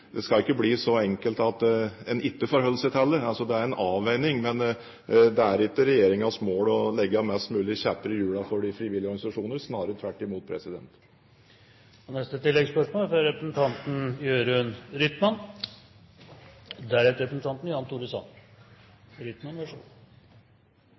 det ikke skal bli så enkelt at en ikke forholder seg til det. Det er altså en avveining, men det er ikke regjeringens mål å stikke flest mulig kjepper i hjulene for de frivillige organisasjonene – snarere tvert imot. Jørund Rytman – til oppfølgingsspørsmål. I dag er